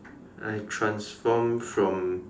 I transform from